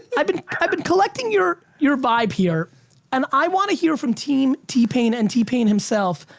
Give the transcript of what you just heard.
i've been i've been collecting your your vibe here and i want to hear from team t-pain and t-pain himself.